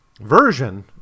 version